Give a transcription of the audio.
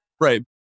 Right